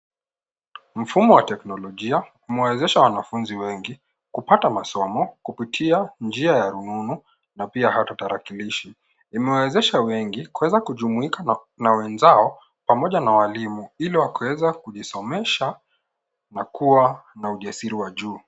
Mfumo wa teknolojia umewezesha wanafunzi wengi kupata masomo kupitia njia ya rununu pia hata tarakilishi. Imewawezesha wengi kujumuika na wenzao pamoja na walimu ili wakiweza kujisomesha na kuwa na ujasiri wa juu.